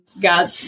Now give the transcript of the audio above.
God